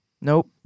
nope